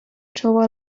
czoła